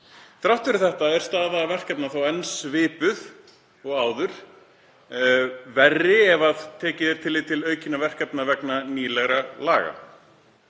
Þrátt fyrir þetta er staða verkefna þó enn svipuð og áður, verri ef tekið er tillit til aukinna verkefna vegna nýlegra laga.